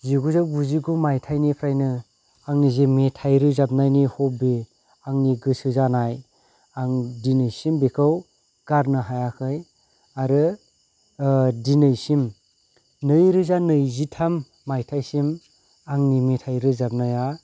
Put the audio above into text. जिगुजौ गुजि गु मायथाइनिफ्रायनो आंनि जे मेथाइ रोजाबनायनि हबि आंनि गोसो जानाय आं दिनैसिम बेखौ गारनो हायाखै आरो दिनैसिम नैरोजा नैजिथाम मायथाइनि आंनि मेथाइ रोजाबनाया